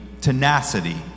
tenacity